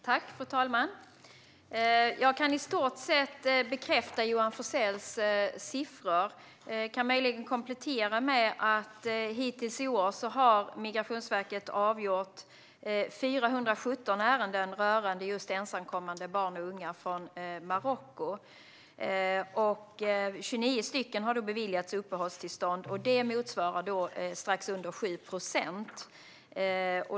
Fru talman! Jag kan i stort sett bekräfta Johan Forssells siffror. Jag kan möjligen komplettera med att hittills i år har Migrationsverket avgjort 417 ärenden rörande just ensamkommande barn och unga från Marocko. 29 har beviljats uppehållstillstånd. Det motsvarar strax under 7 procent.